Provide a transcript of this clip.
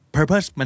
Purpose